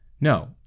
no